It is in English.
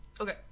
Okay